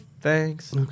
thanks